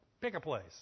pick-a-place